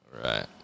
Right